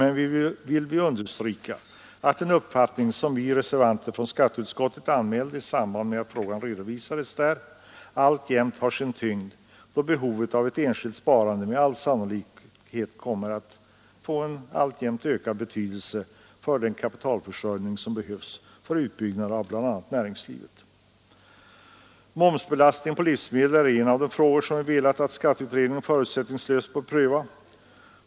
Vi vill understryka att den uppfattning som vi reservanter i skatteutskottet anmälde i samband med att frågan redovisades där alltjämt har sin tyngd, då behovet av ett enskilt sparande med all sannolikhet kommer att få en alltjämt ökad betydelse för den kapitalfö utbyggnad av bl.a. näringslivet. jning som behövs för Momsbelastningen på livsmedel är en av de frågor som vi ansett att skatteutredningen förutsättningslöst bör pröva.